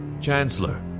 Chancellor